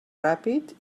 ràpid